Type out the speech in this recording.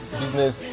business